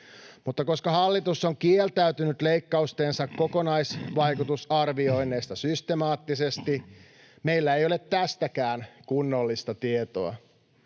Mutta koska hallitus on kieltäytynyt leikkaustensa kokonaisvaikutusarvioinneista systemaattisesti, meillä ei ole tästäkään kunnollista tietoa.